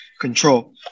control